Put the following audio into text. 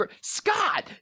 Scott